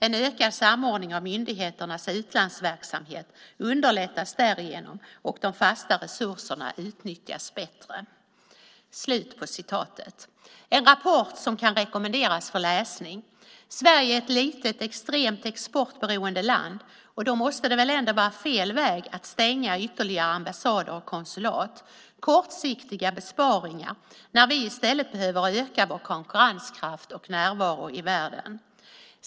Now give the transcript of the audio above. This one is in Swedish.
En ökad samordning av myndigheternas utlandsverksamhet underlättas därigenom, och de fasta resurserna utnyttjas bättre. Det är en rapport som kan rekommenderas för läsning. Sverige är ett litet, extremt exportberoende land. Då måste det väl ändå vara fel väg att stänga ytterligare ambassader och konsulat. Det är kortsiktiga besparingar när vi i stället behöver öka vår konkurrenskraft och närvaro i världen.